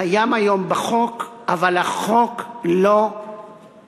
קיים היום בחוק אבל החוק לא מתמלא,